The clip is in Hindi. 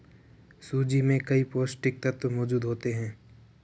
सूजी में कई पौष्टिक तत्त्व मौजूद होते हैं